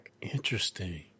Interesting